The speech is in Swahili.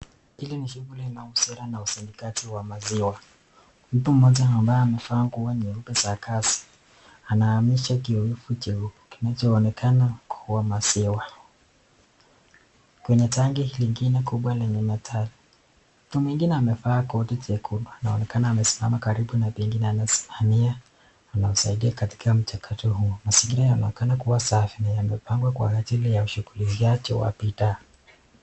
Hili ni shughuli linalihusiana na ufanyikazi wa maziwa. Mtu mmojaa ambaye amevaa nguo nyeupe za kazi anahamisha kiovu jeupe kinacho onekana kua maziwa. Kwenye tangii lingine kubwa lenyee mataa, mtu mwingine amevaa koti jekundu. Anaonekana amesimama karibu, pengine amesimamia anasaidia kataki mchakato huo. Mazingira yanaonekana kua safi na yamepangwa kwa ajili ya ushughulikiaji wa bidhaa.